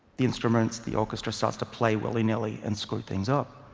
the instruments, the orchestra starts to play willy-nilly and screws things up.